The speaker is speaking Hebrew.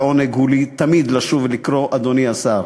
לעונג הוא לי תמיד לשוב ולקרוא "אדוני השר"